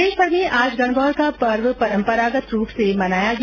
प्रदेशभर में आज गणगौर का पर्व परम्परागत रूप से मनाया गया